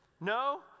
No